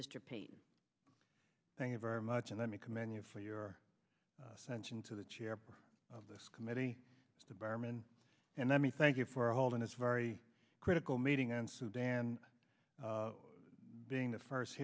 mr paine thank you very much and let me commend you for your sense into the chair of this committee the burman and let me thank you for holding this very critical meeting on sudan being the first